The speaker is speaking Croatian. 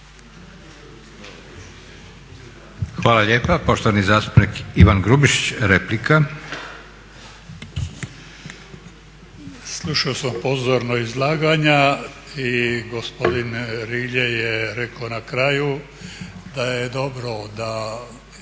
Hvala lijepa. Poštovani zastupnik Ivan Grubišić replika. **Grubišić, Ivan (Nezavisni)** Slušao sam pozorno izlaganja i gospodin Rilje je rekao na kraju da je dobro da